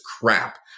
crap